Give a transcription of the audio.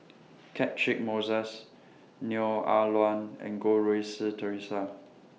Catchick Moses Neo Ah Luan and Goh Rui Si Theresa